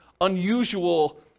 unusual